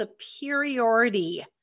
superiority